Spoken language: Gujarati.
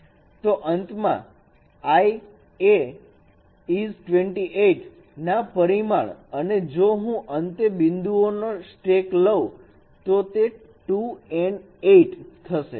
તો અંતમાં i A is 28 ના પરિમાણ અને જો હું અંતે બિંદુઓનો સ્ટેક લવ તો તે 2n 8 થશે